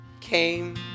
came